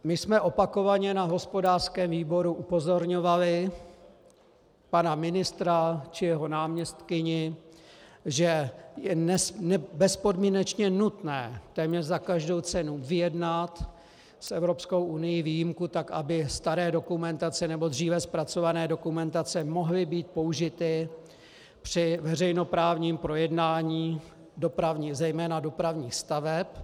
My jsme opakovaně na hospodářském výboru upozorňovali pana ministra či jeho náměstkyni, že je bezpodmínečně nutné téměř za každou cenu vyjednat s Evropskou unií výjimku tak, aby staré dokumentace, nebo dříve zpracované dokumentace, mohly být použity při veřejnoprávním projednání zejména dopravních staveb.